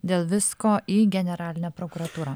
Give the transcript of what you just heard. dėl visko į generalinę prokuratūrą